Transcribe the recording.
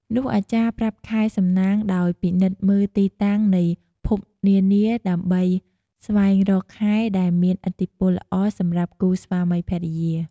នោះអាចារ្យប្រាប់ខែសំណាងដោយ ពិនិត្យមើលទីតាំងនៃភពនានាដើម្បីស្វែងរកខែដែលមានឥទ្ធិពលល្អសម្រាប់គូស្វាមីភរិយា។